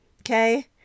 okay